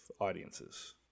audiences